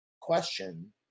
question